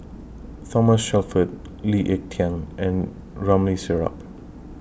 Thomas Shelford Lee Ek Tieng and Ramli Sarip